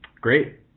Great